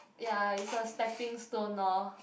ya is a stepping stone lor